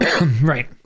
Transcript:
Right